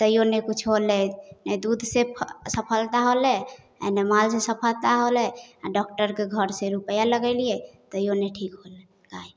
तैओ नहि किछु होलै नहि दूधसँ फऽ सफलता होलै ए नहि मालसँ सफलता होलै आओर डॉक्टरके घरसे रुपैआ लगेलिए तैओ नहि ठीक होलै गाइ आओर